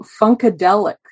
funkadelic